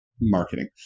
marketing